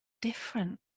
different